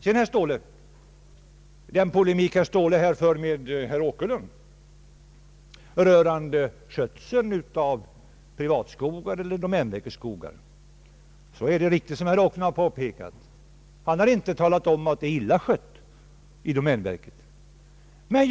Herr Ståhle polemiserade med herr Åkerlund rörande skötseln av privatägda skogar och domänverkets skogar. Vad herr Åkerlund har påpekat är riktigt. Han har inte påstått att domänverkets skogar är illa skötta.